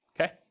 okay